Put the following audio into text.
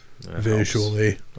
visually